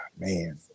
Man